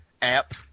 app